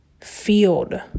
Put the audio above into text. field